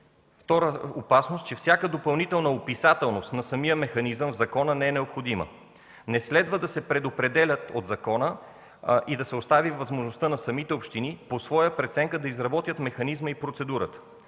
Втора опасност е, че всяка допълнителна описателност на самия механизъм в закона не е необходима. Не следва в закона да се предопределя и да се оставя възможност на самите общини по своя преценка да изработят механизма и процедурата.